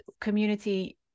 community